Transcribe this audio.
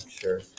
sure